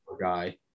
guy